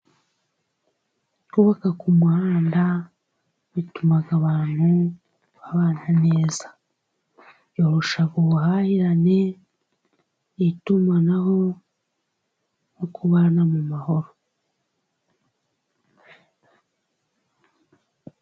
Uubaka ku muhanda bituma abantu babana neza. Byoroshya ubuhahirane, itumanaho no kubana mu mahoro.